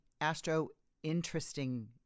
astro-interesting